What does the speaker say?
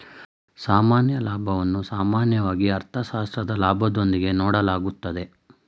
ಸಾಮಾನ್ಯ ಲಾಭವನ್ನು ಸಾಮಾನ್ಯವಾಗಿ ಅರ್ಥಶಾಸ್ತ್ರದ ಲಾಭದೊಂದಿಗೆ ನೋಡಲಾಗುತ್ತದೆ